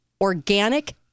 Organic